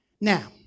Now